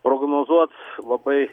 prognozuot labai